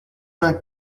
vingt